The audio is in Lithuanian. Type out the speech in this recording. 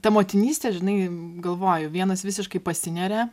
ta motinystė žinai galvoju vienos visiškai pasineria